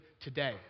today